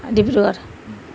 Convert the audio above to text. Dibrugarh